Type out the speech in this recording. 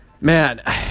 man